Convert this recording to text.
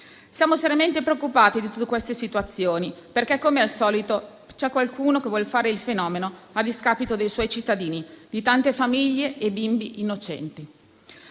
Siamo seriamente preoccupati di tutte queste situazioni perché, come al solito, c'è qualcuno che vuol fare il fenomeno a discapito dei suoi cittadini, di tante famiglie e bimbi innocenti.